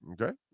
Okay